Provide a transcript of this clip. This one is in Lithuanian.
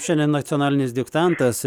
šiandien nacionalinis diktantas